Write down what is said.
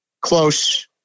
Close